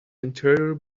interior